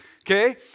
Okay